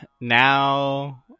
now